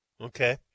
Okay